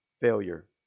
failure